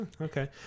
okay